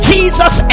Jesus